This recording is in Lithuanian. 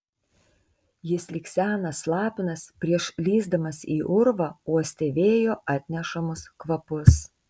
jis lyg senas lapinas prieš lįsdamas į urvą uostė vėjo atnešamus kvapus